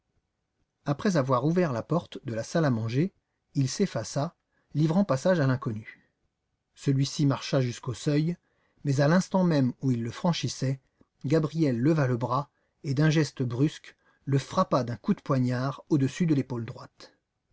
après avoir ouvert la porte de la salle à manger il s'effaça livrant passage à l'inconnu celui-ci marcha jusqu'au seuil mais à l'instant même où il le franchissait gabriel leva le bras et d'un geste brusque le frappa d'un coup de poignard au-dessus de l'épaule droite